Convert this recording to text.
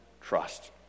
trust